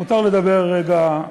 אם מותר לדבר רגע,